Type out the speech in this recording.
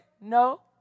No